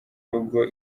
rugo